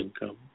income